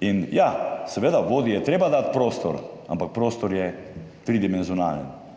In ja, seveda, vodi je treba dati prostor, ampak prostor je tridimenzionalen.